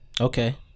Okay